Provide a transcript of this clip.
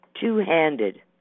two-handed